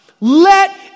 Let